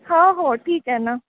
हो हो ठीक आहे ना